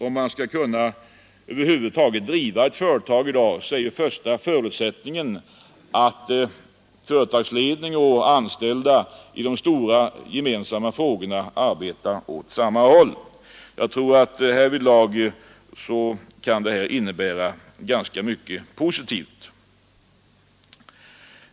Om man över huvud taget skall kunna driva ett företag i dag är första förutsättningen att företagsledning och anställda i de stora gemensamma frågorna arbetar åt samma håll. Jag tror att den föreslagna representationen härvidlag kan innebära mycket positivt.